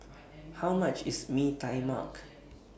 How much IS Mee Tai Mak